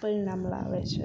પરિણામ લાવે છે